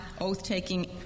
oath-taking